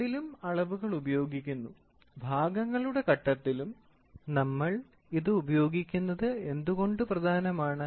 രണ്ടിലും അളവുകൾ ഉപയോഗിക്കുന്നു ഭാഗങ്ങളുടെ ഘട്ടത്തിലും നമ്മൾ ഇത് ഉപയോഗിക്കുന്നത് എന്തുകൊണ്ട് പ്രധാനമാണ്